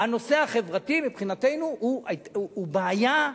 הנושא החברתי מבחינתנו הוא בעיה,